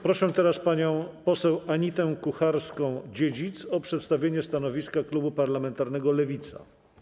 Proszę teraz panią poseł Anitę Kucharską-Dziedzic o przedstawienie stanowiska klubu parlamentarnego Lewica.